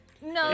no